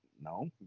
no